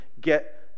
get